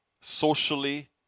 socially